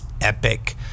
epic